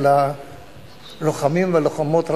אל הלוחמים והלוחמות,